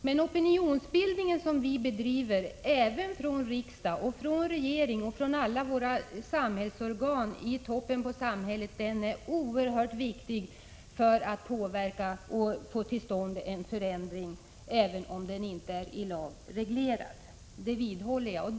Men opinionsbildningen som bedrivs från riksdagen, från regeringen och från alla våra samhällsorgan i toppen av samhället är oerhört viktig för att få till stånd en förändring, även om den inte blir i lag reglerad. Det vidhåller jag.